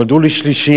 נולדה לי שלישייה,